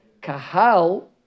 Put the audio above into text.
kahal